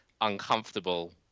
uncomfortable